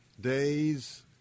days